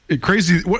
Crazy